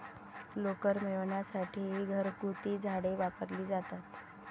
लोकर मिळविण्यासाठी घरगुती झाडे वापरली जातात